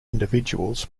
individuals